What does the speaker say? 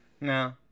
no